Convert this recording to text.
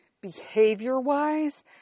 behavior-wise